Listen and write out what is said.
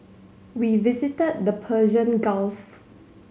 we visited the Persian Gulf